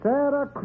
Sarah